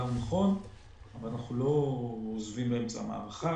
אנחנו לא עוזבים באמצע המערכה.